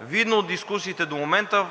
Видно от дискусиите до момента,